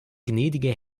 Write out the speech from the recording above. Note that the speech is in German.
gnädige